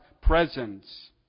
presence